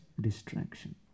distraction